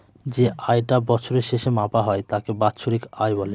যে আয় টা বছরের শেষে মাপা হয় তাকে বাৎসরিক আয় বলে